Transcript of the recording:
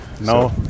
no